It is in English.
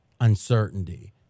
uncertainty